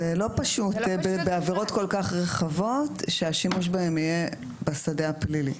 זה לא פשוט שהשימוש בעבירות כל כך רחבות יהיה בשדה הפלילי.